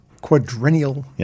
Quadrennial